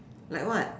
like what